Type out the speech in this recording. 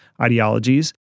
ideologies